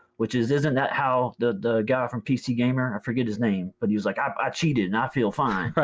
which isn't that how the guy from pc gamer, i forget his name, but he was like, i um i cheated and i feel fine.